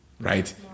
Right